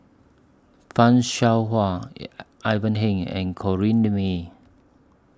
fan Shao Hua Yi Ivan Heng and Corrinne May